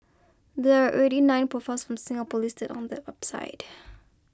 there are already nine profiles from Singapore listed on that website